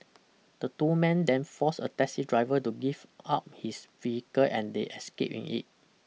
the two men then forced a taxi driver to give up his vehicle and they escaped in it